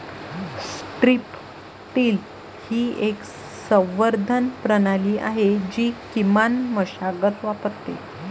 strip till ही एक संवर्धन प्रणाली आहे जी किमान मशागत वापरते